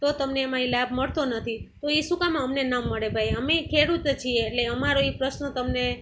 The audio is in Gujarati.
તો તમને એમાં ઇ લાભ મળતો નથી તો એ શું કામ અમને ના મળે ભાઈ અમે ખેડૂત જ છીએ એટલે અમારો એ પ્રશ્ન તમને